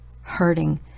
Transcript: hurting